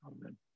Amen